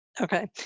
Okay